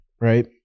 right